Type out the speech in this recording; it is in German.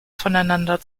voneinander